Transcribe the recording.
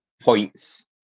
points